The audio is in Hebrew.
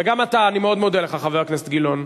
וגם אתה, אני מאוד מודה לך, חבר הכנסת גילאון.